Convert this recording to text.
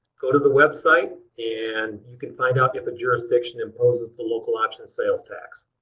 go to the website and you can find out if a jurisdiction imposes the local option sales tax.